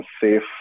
safe